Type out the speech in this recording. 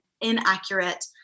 inaccurate